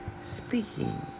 speaking